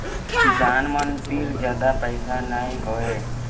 किसान मन तीर जादा पइसा नइ होवय